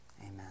amen